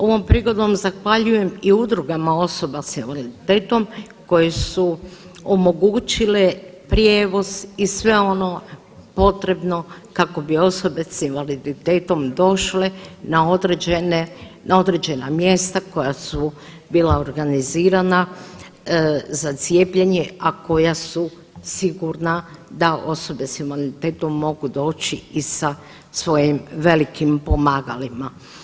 Ovom prigodom zahvaljujem i udrugama osobama s invaliditetom koje su omogućile prijevoz i sve ono potrebno kako bi osobe s invaliditetom došle na određena mjesta koja su bila organizirana za cijepljenje, a koja su sigurna da osobe s invaliditetom mogu doći i sa svojim velikim pomagalima.